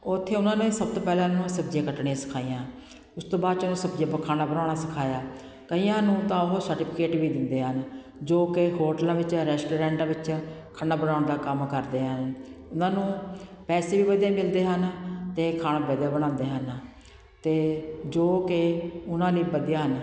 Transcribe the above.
ਉੱਥੇ ਉਨ੍ਹਾਂ ਨੇ ਸਭ ਤੋਂ ਪਹਿਲਾਂ ਇਹਨੂੰ ਸਬਜ਼ੀਆਂ ਕੱਟਣੀਆਂ ਸਿਖਾਈਆਂ ਉਸ ਤੋਂ ਬਾਅਦ 'ਚੋਂ ਇਹਨੂੰ ਸਬਜ਼ੀਆਂ ਪ ਖਾਣਾ ਬਣਾਉਣਾ ਸਿਖਾਇਆ ਕਈਆਂ ਨੂੰ ਤਾਂ ਉਹ ਸਰਟੀਫਿਕੇਟ ਵੀ ਦਿੰਦੇ ਹਨ ਜੋ ਕਿ ਹੋਟਲਾਂ ਵਿੱਚ ਜਾਂ ਰੈਸਟੋਰੇਟਾਂ ਵਿੱਚ ਖਾਣਾ ਬਣਾਉਣ ਦਾ ਕੰਮ ਕਰਦੇ ਹਨ ਉਨ੍ਹਾਂ ਨੂੰ ਪੈਸੇ ਵੀ ਵਧੀਆ ਮਿਲਦੇ ਹਨ ਅਤੇ ਖਾਣਾ ਵਧੀਆ ਬਣਾਉਂਦੇ ਹਨ ਅਤੇ ਜੋ ਕਿ ਉਨ੍ਹਾਂ ਲਈ ਵਧੀਆ ਹਨ